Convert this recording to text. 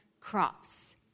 crops